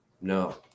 No